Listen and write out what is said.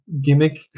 gimmick